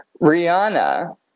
Rihanna